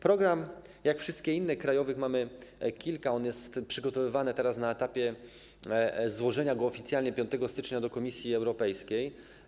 Program - jak wszystkie inne, krajowych mamy kilka - jest przygotowywany teraz na etapie po złożeniu go oficjalnie 5 stycznia do Komisji Europejskiej.